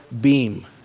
beam